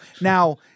Now